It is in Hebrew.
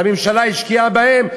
הממשלה השקיעה בהם,